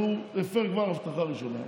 אז הוא כבר הפר הבטחה ראשונה.